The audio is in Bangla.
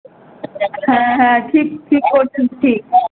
হ্যাঁ হ্যাঁ ঠিক ঠিক করছিস ঠিক